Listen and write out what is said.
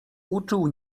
uczuł